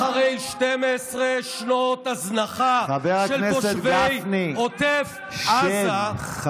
אחרי 12 שנות הזנחה של תושבי עוטף עזה,